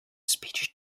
speech